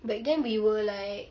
back then we were like